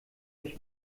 euch